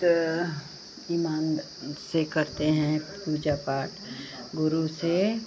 तो ईमानदारी से करते हैं पूजा पाठ गुरू से